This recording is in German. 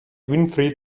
winfried